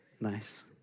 Nice